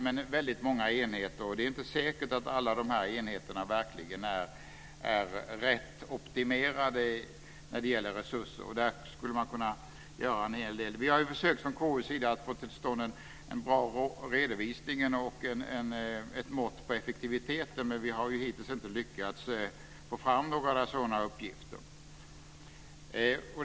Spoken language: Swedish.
Det rör sig om väldigt många enheter, och det är inte säkert att dessa verkligen är rätt optimerade när det gäller resurser, och där skulle man kunna göra en hel del. Vi från KU har försökt att få till stånd en bra redovisning och ett mått på effektiviteten, men vi har hittills inte lyckats få fram några sådana uppgifter.